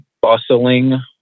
bustling